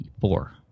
Four